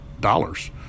dollars